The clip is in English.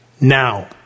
now